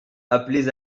appelez